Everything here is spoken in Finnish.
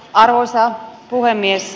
arvoisa puhemies